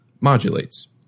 modulates